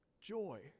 joy